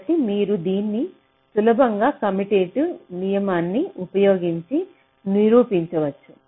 కాబట్టి మీరు దీన్ని సులభంగా కమ్యుటేటివ్ నియమాన్ని ఉపయోగించి నిరూపించవచ్చు